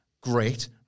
Great